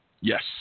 Yes